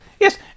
yes